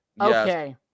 Okay